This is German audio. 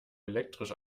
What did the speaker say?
elektrisch